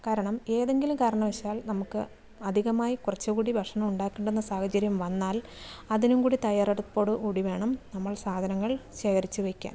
കാരണം ഏതെങ്കിലും കാരണവശാൽ നമുക്ക് അധികമായി കുറച്ചും കൂടി ഭക്ഷണം ഉണ്ടാക്കേണ്ടുന്ന സാഹചര്യം വന്നാൽ അതിനും കൂടി തയ്യാറെടുപ്പോടു കൂടി വേണം നമ്മൾ സാധനങ്ങൾ ശേഖരിച്ച് വെയ്ക്കാൻ